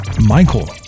Michael